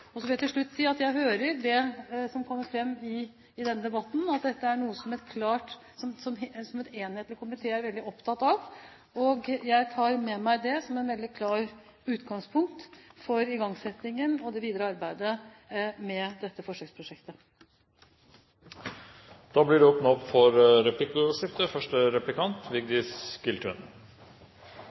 Så vil jeg til slutt si at jeg hører det som kommer fram i denne debatten, og at dette er noe som en enhetlig komité er veldig opptatt av. Jeg tar med meg det som et veldig klart utgangspunkt for igangsettingen av det videre arbeidet med dette forsøksprosjektet. Det blir åpnet for replikkordskifte. Hva mener statsråden at det